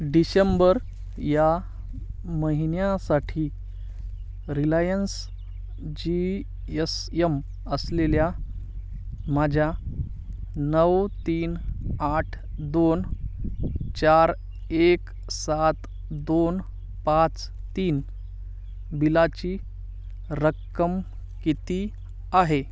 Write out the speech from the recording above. डिसेंबर या महिन्यासाठी Reliance G S M असलेल्या माझ्या नऊ तीन आठ दोन चार एक सात दोन पाच तीन बिलाची रक्कम किती आहे